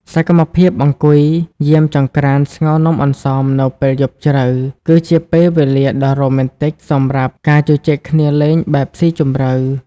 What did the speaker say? សកម្មភាពអង្គុយយាមចង្ក្រានស្ងោរនំអន្សមនៅពេលយប់ជ្រៅ គឺជាពេលវេលាដ៏រ៉ូមែនទិកសម្រាប់ការជជែកគ្នាលេងបែបស៊ីជម្រៅ។